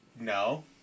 no